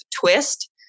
twist